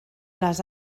les